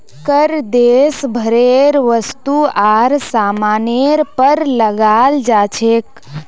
कर देश भरेर वस्तु आर सामानेर पर लगाल जा छेक